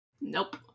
nope